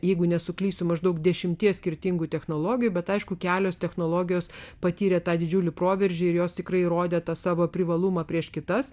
jeigu nesuklysiu maždaug dešimties skirtingų technologijų bet aišku kelios technologijos patyrė tą didžiulį proveržį ir jos tikrai įrodė tą savo privalumą prieš kitas